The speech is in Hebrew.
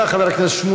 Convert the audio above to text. הודעה למזכירת הכנסת.